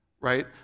right